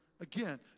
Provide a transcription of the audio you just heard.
Again